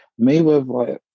Mayweather